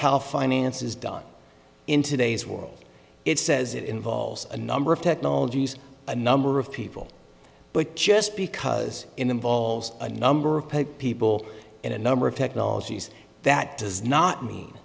how finances done in today's world it says it involves a number of technologies a number of people but just because involves a number of people in a number of technologies that does not mean